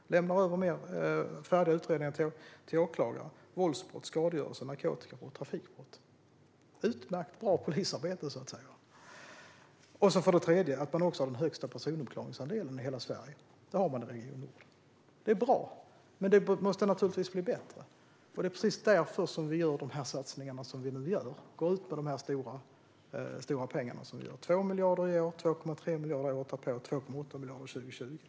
Det innebär fler färdiga utredningar till åklagaren. Det gäller våldsbrott, skadegörelse, narkotikabrott och trafikbrott. Det handlar om ett utmärkt polisarbete. För det tredje: I Region nord har man den högsta personuppklaringsandelen i hela Sverige. Det är bra, men det måste naturligtvis bli bättre. Det är precis därför som vi gör de satsningar som vi nu gör: 2 miljarder i år, 2,3 miljarder under året därpå och 2,8 miljarder under 2020.